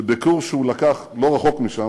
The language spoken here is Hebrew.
שבקורס שהוא לקח לא רחוק משם,